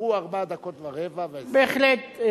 נגמרו ארבע דקות ורבע, בהחלט.